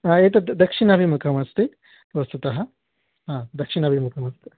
हा एतद् दक्षिणाभिमुखमस्ति वस्तुतः हा दक्षिणाभिमुखमस्ति